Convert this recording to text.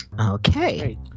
Okay